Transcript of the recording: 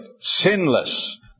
sinless